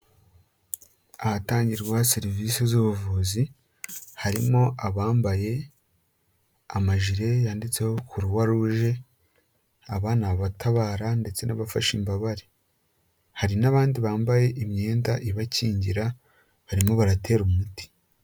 Ahatangirwa serivisi z'ubuvuzi, harimo abambaye amajire yanditseho Croix-Rouge aba ni abatabara ndetse n'abafasha imbabare. Hari n'abandi bambaye imyenda ibakingira barimo baratera umuti.